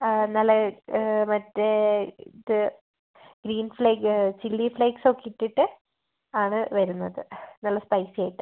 ആ നല്ല മറ്റേ ഇത് ഗ്രീൻ ഫ്ലേക് ചില്ലി ഫ്ലേക്സ് ഒക്കെ ഇട്ടിട്ട് ആണ് വരുന്നത് നല്ല സ്പൈസി ആയിട്ട്